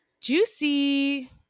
juicy